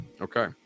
Okay